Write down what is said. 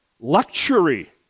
luxury